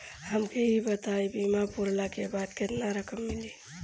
हमके ई बताईं बीमा पुरला के बाद केतना रकम मिली?